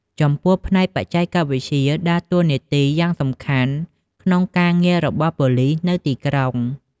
ចំពោះផ្នែកបច្ចេកវិទ្យាដើរតួនាទីយ៉ាងសំខាន់ក្នុងការងាររបស់ប៉ូលិសនៅទីក្រុង។